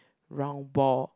round ball